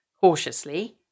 cautiously